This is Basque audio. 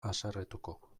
haserretuko